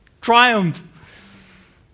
triumph